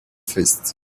fist